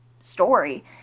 story